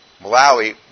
Malawi